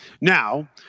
Now